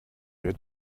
wer